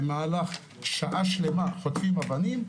במהלך שעה שלמה חוטפים אבנים,